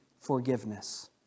forgiveness